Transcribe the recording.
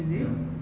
ya